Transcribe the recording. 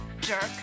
jerk